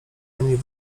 emil